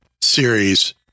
series